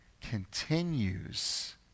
continues